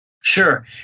Sure